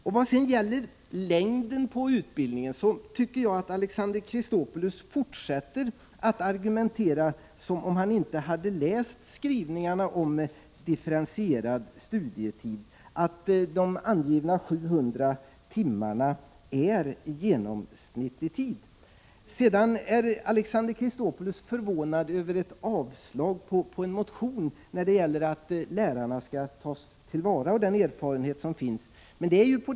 När det gäller längden på utbildningen tycker jag att Alexander Chrisopoulos fortsätter att argumentera som om han inte hade läst skrivningarna Alexander Chrisopoulos är förvånad över att en motion om att lärarna skall ta till vara den erfarenhet som finns blivit avstyrkt.